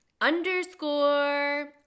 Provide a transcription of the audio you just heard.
underscore